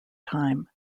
time